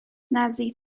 نزدیک